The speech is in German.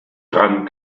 dran